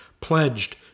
pledged